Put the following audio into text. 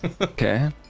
Okay